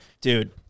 Dude